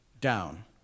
down